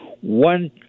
one